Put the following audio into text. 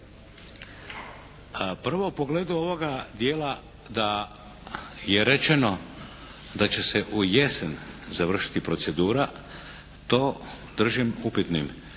Prvo u pogledu ovoga dijela da je rečeno da će se u jesen završiti procedura, to držim upitnim